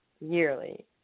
yearly